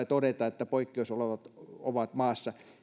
todeta että poikkeusolot ovat maassa